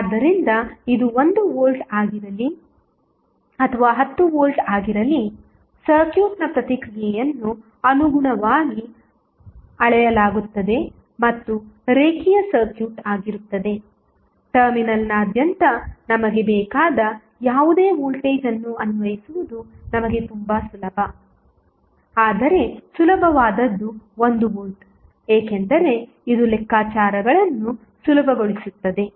ಆದ್ದರಿಂದ ಇದು 1 ವೋಲ್ಟ್ ಆಗಿರಲಿ ಅಥವಾ 10 ವೋಲ್ಟ್ ಆಗಿರಲಿ ಸರ್ಕ್ಯೂಟ್ನ ಪ್ರತಿಕ್ರಿಯೆಯನ್ನು ಅನುಗುಣವಾಗಿ ಅಳೆಯಲಾಗುತ್ತದೆ ಮತ್ತು ರೇಖೀಯ ಸರ್ಕ್ಯೂಟ್ ಆಗಿರುತ್ತದೆ ಟರ್ಮಿನಲ್ನಾದ್ಯಂತ ನಮಗೆ ಬೇಕಾದ ಯಾವುದೇ ವೋಲ್ಟೇಜ್ ಅನ್ನು ಅನ್ವಯಿಸುವುದು ನಮಗೆ ತುಂಬಾ ಸುಲಭ ಆದರೆ ಸುಲಭವಾದದ್ದು 1 ವೋಲ್ಟ್ ಏಕೆಂದರೆ ಇದು ಲೆಕ್ಕಾಚಾರಗಳನ್ನು ಸುಲಭಗೊಳಿಸುತ್ತದೆ